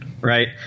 right